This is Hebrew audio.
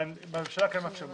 בממשלה כן מאפשרים הצבעה,